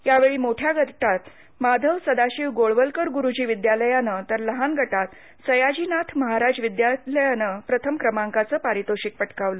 यावेळी मोठ्या गटात माधव सदाशिव गोळवलकर गुरुजी विद्यालयाने तर लहान गटात सयाजीनाथ महाराज विद्यालयानं प्रथम क्रमांकाचे पारितोषिक पटकावलं